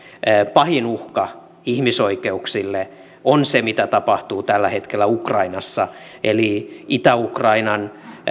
pahin uhka ihmisoikeuksille on se mitä tapahtuu tällä hetkellä ukrainassa eli itä ukrainan